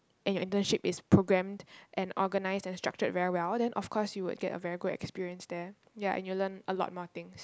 and your internship is programmed and organised and structured very well then of course you will get a very good experience there ya and you will learn a lot more things